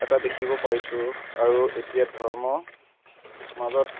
এটা দেখিব পাৰিছোঁ আৰু এতিয়া ধৰ্ম মাজত